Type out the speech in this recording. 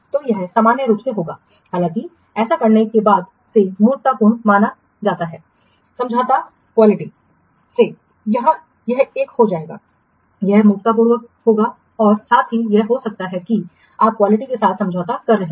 तो यह सामान्य रूप से होगा हालाँकि ऐसा करने के बाद से मूर्खतापूर्ण माना जाता है समझौता गुणवत्ता यहाँ यह एक हो जाएगा यह मूर्खतापूर्ण होगा और साथ ही यह हो सकता है कि आप क्वालिटी के साथ समझौता कर सकते हैं